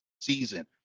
season